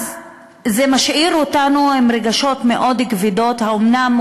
אז זה משאיר אותנו עם רגשות מאוד כבדים: האומנם,